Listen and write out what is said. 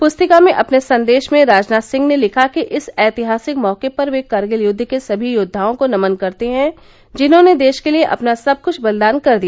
पुस्तिका में अपने संदेश में राजनाथ सिंह ने लिखा कि इस ऐतिहासिक मौके पर वे करगिल युद्व के सभी योद्वाओं को नमन करते हैं जिन्होंने देश के लिए अपना सब कुछ बलिदान कर दिया